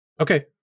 okay